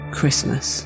Christmas